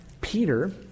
Peter